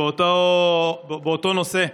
באותו נושא,